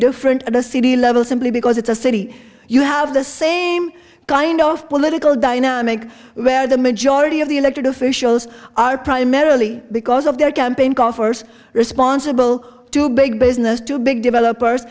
different at a city level simply because it's a city you have the same kind of political dynamic where the majority of the elected officials are primarily because of their campaign coffers responsible to big business to big developers